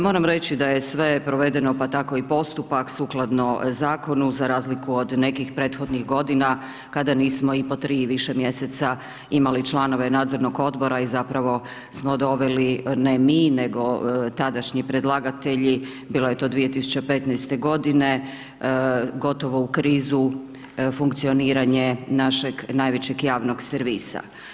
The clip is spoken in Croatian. Moram reći da je sve provedeno, pa tako i postupak sukladno zakonu za razliku od nekih prethodnih godina, kada nismo i po 3 i više mjeseca imali članove nadzornog odbora i zapravo smo doveli, ne mi, nego tadašnji predlagatelji, bilo je to 2015. g. gotovo u krizu funkcioniranje našeg najvećeg javnog servisa.